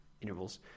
intervals